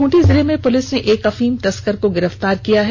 खूंटी जिले में पुलिस ने एक अफीम तस्कर को गिरफ्तार किया है